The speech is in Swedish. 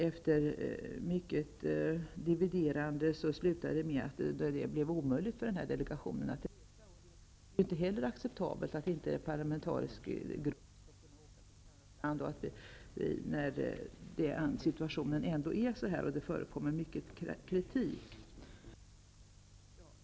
Efter mycket dividerande slutade det dock med att det blev omöjligt för delegationen att resa dit. Det är inte heller acceptabelt att en parlamentarisk grupp inte får åka dit, när situationen är som den är och det förekommer så mycket kritik.